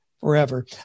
forever